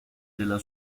della